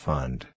Fund